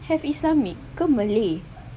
have islam ni ke malay